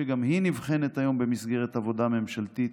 שגם היא נבחנת היום במסגרת עבודה ממשלתית